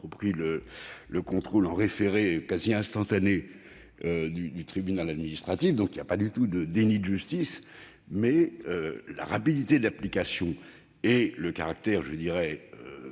compris le contrôle en référé quasi instantané du tribunal administratif- il n'y a donc pas du tout de déni de justice. De par la rapidité d'application et le caractère direct